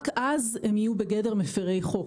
רק אז הם יהיו בגדר מפרי חוק.